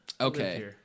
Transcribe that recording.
okay